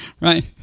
Right